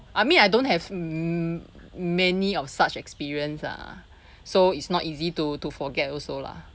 I mean I don't have m~ many of such experience ah so it's not easy to to forget also lah